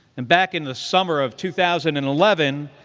and back in the summer of two thousand and eleven,